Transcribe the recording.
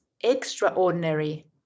extraordinary